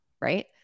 right